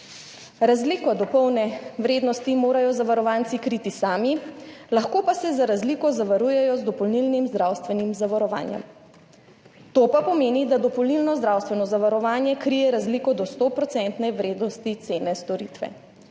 Razliko do polne vrednosti morajo zavarovanci kriti sami, lahko pa se za razliko zavarujejo z dopolnilnim zdravstvenim zavarovanjem. To pa pomeni, da dopolnilno zdravstveno zavarovanje krije razliko do 100-odstotne vrednosti cene storitve.